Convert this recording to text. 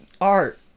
art